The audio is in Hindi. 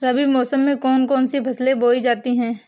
रबी मौसम में कौन कौन सी फसलें बोई जाती हैं?